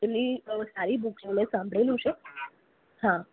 પેલી સારી બૂક છે મેં સાંભળેલું છે હા